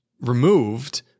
removed